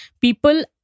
people